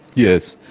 yes,